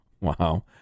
Wow